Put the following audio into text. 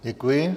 Děkuji.